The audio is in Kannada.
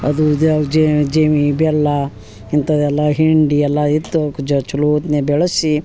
ಅದು ಇದ್ಯಾವ ಜೇವಿ ಬೆಲ್ಲ ಇಂಥದೆಲ್ಲ ಹಿಂಡಿ ಎಲ್ಲ ಇತ್ತು ಅವ್ಕ ಜ ಚಲೊ ಹೊತ್ನ್ಯಾಗ ಬೆಳೆಸಿ